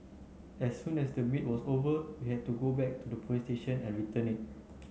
as soon as the meet was over you had to go back to the police station and return it